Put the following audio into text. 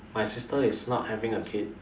my sister is not having a kid